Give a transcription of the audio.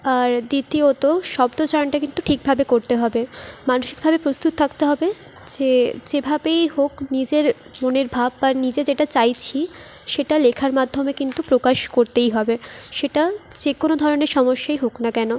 আর দ্বিতীয়ত শব্দ চয়নটা কিন্তু ঠিকভাবে করতে হবে মানসিকভাবে প্রস্তুত থাকতে হবে যে যেভাবেই হোক নিজের মনের ভাব বা নিজে যেটা চাইছি সেটা লেখার মাধ্যমে কিন্তু প্রকাশ করতেই হবে সেটা যে কোনো ধরণের সমস্যাই হোক না কেন